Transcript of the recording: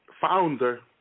founder